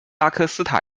科斯塔